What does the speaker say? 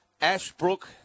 Ashbrook